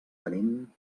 tenim